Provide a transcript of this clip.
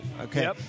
okay